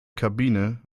kabine